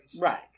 Right